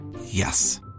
Yes